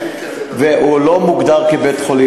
והוא לא מוגדר בית-חולים,